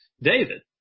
David